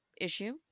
issue